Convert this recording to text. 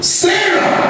sarah